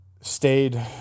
stayed